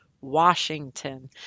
washington